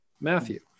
Matthew